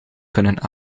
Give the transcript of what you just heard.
kunnen